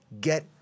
get